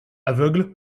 aveugles